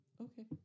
Okay